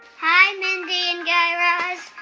hi, mindy and guy raz.